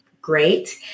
Great